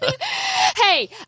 Hey